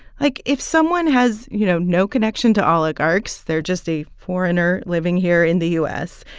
like, if someone has, you know, no connection to oligarchs they're just a foreigner living here in the u s.